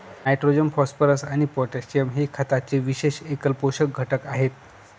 nitrogen, phosphorus आणि potassium हे खताचे विशेष एकल पोषक घटक आहेत